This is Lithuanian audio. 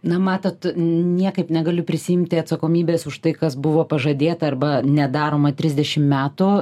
na matot niekaip negaliu prisiimti atsakomybės už tai kas buvo pažadėta arba nedaroma trisdešim metų